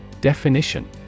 Definition